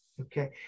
Okay